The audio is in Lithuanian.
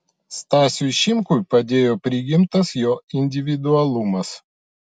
stasiui šimkui padėjo prigimtas jo individualumas